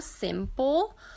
simple